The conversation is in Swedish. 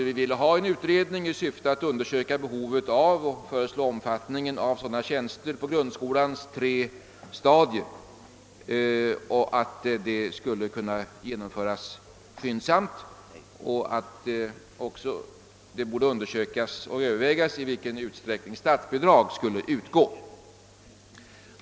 Vi vill ha en utredning i syfte att undersöka behovet av sådana tjänster inom grundskolans tre stadier. Vi anser att utredningen bör genomföras skyndsamt. Vidare bör undersökas och övervägas i vilken utsträckning statsbidrag kan utgå.